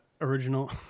original